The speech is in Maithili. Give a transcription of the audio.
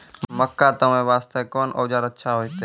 मक्का तामे वास्ते कोंन औजार अच्छा होइतै?